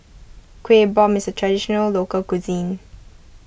Kueh Bom is a Traditional Local Cuisine